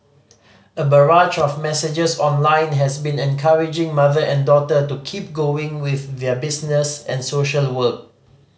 a barrage of messages online has been encouraging mother and daughter to keep going with their business and social work